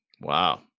wow